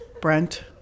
Brent